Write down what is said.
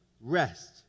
rest